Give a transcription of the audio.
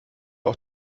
auch